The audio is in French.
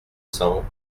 cents